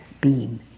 beam